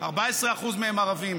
14% מהערבים,